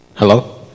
Hello